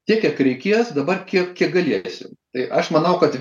tiek kiek reikės dabar kiek kiek galėsim tai aš manau kad